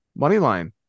Moneyline